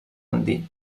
andí